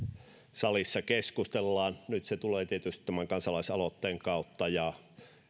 salissa keskustellaan nyt se tulee tietysti tämän kansalaisaloitteen kautta